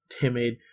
timid